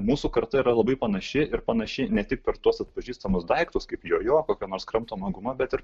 mūsų karta yra labai panaši ir panaši ne tik per tuos atpažįstamus daiktus kaip jojo kokia nors kramtoma guma bet ir